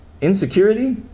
Insecurity